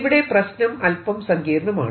ഇവിടെ പ്രശ്നം അൽപ്പം സങ്കീർണമാണ്